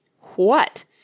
What